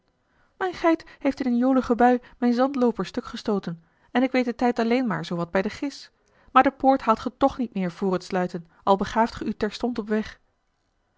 mijne geit heeft in een jolige bui mijn zandlooper stuk gestooten en ik weet den tijd alleen maar zoo wat bij de gis maar de poort haalt ge toch niet meer vr het sluiten al begaaft ge u terstond op weg